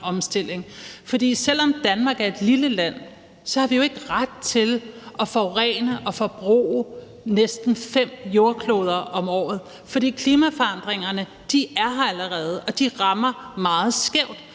omstilling. For selv om Danmark er et lille land, har vi jo ikke ret til at forurene og forbruge næsten fem jordkloder om året. For klimaforandringerne er her allerede, og de rammer meget skævt.